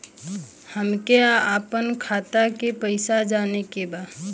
हमके आपन खाता के पैसा जाने के बा